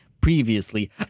previously